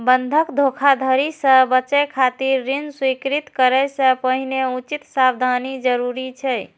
बंधक धोखाधड़ी सं बचय खातिर ऋण स्वीकृत करै सं पहिने उचित सावधानी जरूरी छै